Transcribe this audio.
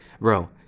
Bro